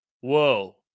Whoa